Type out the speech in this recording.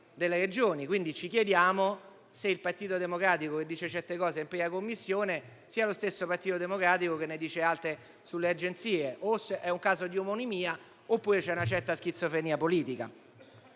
delle Regioni. Quindi ci chiediamo se il Partito Democratico che dice certe cose in 1a Commissione sia lo stesso Partito Democratico che ne dice altre alle agenzie. O è un caso di omonimia oppure c'è una certa schizofrenia politica.